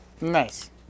Nice